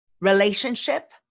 relationship